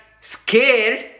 scared